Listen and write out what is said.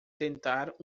tentar